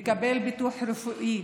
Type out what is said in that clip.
לקבל ביטוח רפואי,